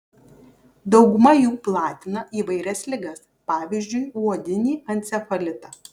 dauguma jų platina įvairias ligas pavyzdžiui uodinį encefalitą